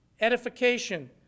Edification